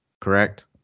correct